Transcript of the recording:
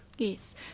Yes